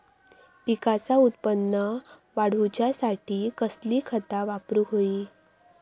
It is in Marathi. पिकाचा उत्पन वाढवूच्यासाठी कसली खता वापरूक होई?